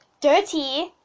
dirty